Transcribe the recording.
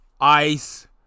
Ice